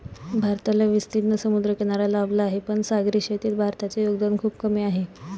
भारताला विस्तीर्ण समुद्रकिनारा लाभला आहे, पण सागरी शेतीत भारताचे योगदान खूप कमी आहे